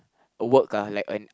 a work ah like an